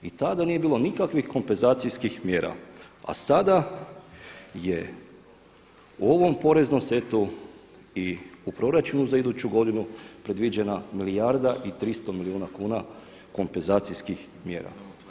I tada nije bilo nikakvi kompenzacijskih mjera, a sada je u ovom poreznom setu i u proračunu za iduću godinu predviđena milijarda i 300 milijuna kuna kompenzacijskih mjera.